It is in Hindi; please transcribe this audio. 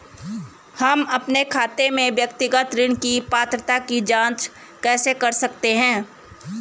हम अपने खाते में व्यक्तिगत ऋण की पात्रता की जांच कैसे कर सकते हैं?